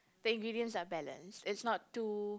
the ingredients are balance it's not too